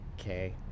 Okay